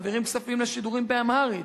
מעבירים כספים לשידורים באמהרית,